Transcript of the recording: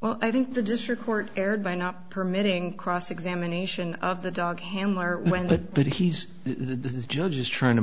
well i think the district court erred by not permitting cross examination of the dog handler when but but he's the judge is trying to